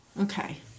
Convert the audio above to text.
okay